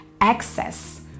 access